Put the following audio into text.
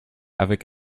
avec